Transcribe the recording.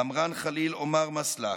עמראן ח'ליל עומר מצלח,